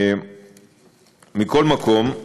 מכל מקום,